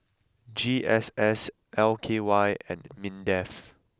G S S L K Y and Mindef